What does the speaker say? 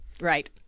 Right